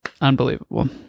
Unbelievable